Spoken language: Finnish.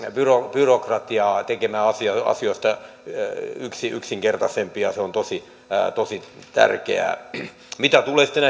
byrokratiaa tekemään asioista asioista yksinkertaisempia se on tosi tosi tärkeää mitä tulee sitten